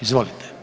Izvolite.